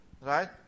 right